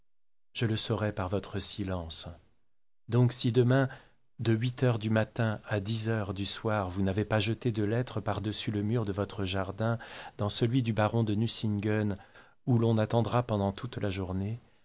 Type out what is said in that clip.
je le saurai par votre silence donc si demain de huit heures du matin à dix heures du soir si vous n'avez pas jeté de lettre par-dessus le mur de votre jardin dans celui du baron de nucingen où l'on attendra pendant toute la journée